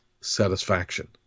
satisfaction